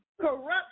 Corruption